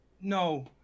no